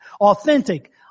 Authentic